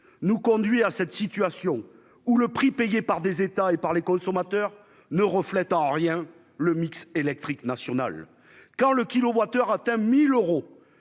nous conduit à cette situation. Ou le prix payé par des États et par les consommateurs ne reflète en rien le mix électrique national quand le kW/h atteint 1000 euros,